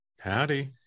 howdy